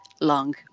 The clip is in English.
long